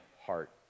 heart